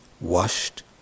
washed